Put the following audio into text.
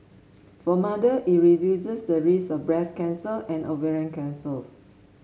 for mother it reduces the risk of breast cancer and ovarian cancers